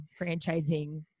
franchising